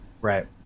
Right